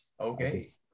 Okay